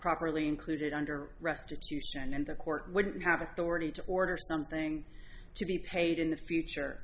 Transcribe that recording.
properly included under restitution and the court wouldn't have authority to order something to be paid in the future